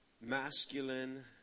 masculine